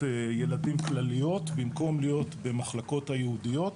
ילדים כלליות במקום להיות במחלקות הייעודיות.